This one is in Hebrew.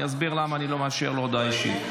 אני אסביר למה אני לא מאשר לו הודעה אישית.